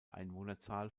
einwohnerzahl